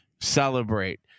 Celebrate